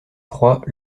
crois